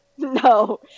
No